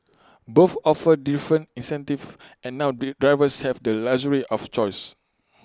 both offer different incentives and now the drivers have the luxury of choice